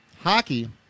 hockey